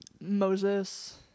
Moses